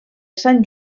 sant